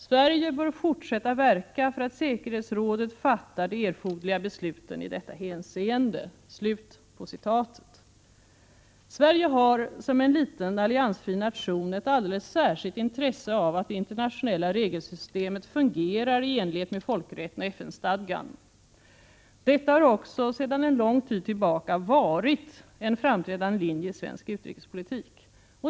Sverige bör fortsätta verka för att säkerhetsrådet fattar de erforderliga besluten i detta hänseende.” Sverige har, som en liten alliansfri nation, ett alldeles särskilt intresse av att det internationella regelsystemet fungerar i enlighet med folkrätten och FN-stadgan. Detta har också sedan en lång tid tillbaka varit en framträdande linje i svensk utrikespolitik.